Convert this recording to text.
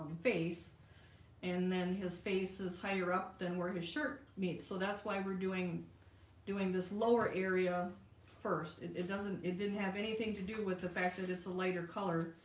face and then his face is higher up than where his shirt meets. so that's why we're doing doing this lower area first and it doesn't it didn't have anything to do with the fact that it's a lighter color,